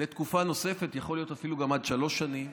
לתקופה נוספת, יכול להיות אפילו גם עד שלוש שנים,